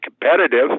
competitive